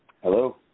Hello